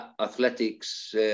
athletics